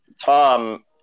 Tom